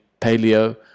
paleo